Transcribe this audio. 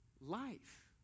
life